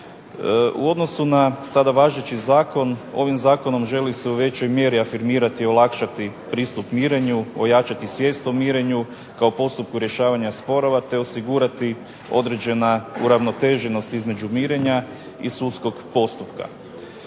U odnosu sada važeći zakon, ovim zakonom želi se u većoj mjeri afirmirati, olakšati pristup mirenju, ojačati svijest o mirenju kao postupku rješavanja sporova, te osigurati određena uravnoteženost između mirenja i sudskog postupka.